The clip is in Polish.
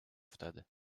wtedy